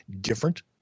different